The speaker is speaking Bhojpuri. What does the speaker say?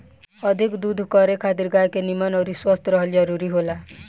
अधिका दूध करे खातिर गाय के निमन अउरी स्वस्थ रहल जरुरी होला